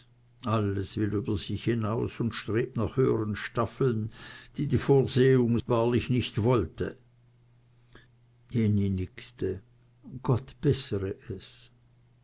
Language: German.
alles will über sich hinaus und strebt höheren staffeln zu die die vorsehung sichtbarlich nicht wollte jenny nickte gott beßre es